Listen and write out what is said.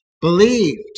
Believed